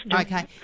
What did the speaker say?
Okay